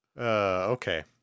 okay